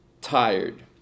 tired